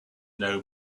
know